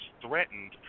threatened